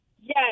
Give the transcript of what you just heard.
Yes